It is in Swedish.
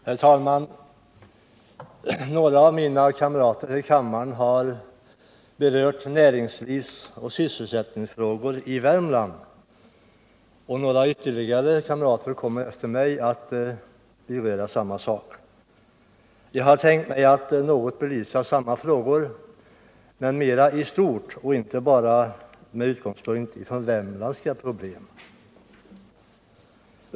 Herr talman! Några av mina kamrater här i kammaren har berört näringslivsoch sysselsättningsfrågor i Värmland, och ytterligare några kamrater kommer efter mig att beröra samma sak. Jag tänker något belysa samma frågor, men mera i stort och inte bara med utgångspunkt i värmländska problem.